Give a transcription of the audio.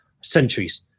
centuries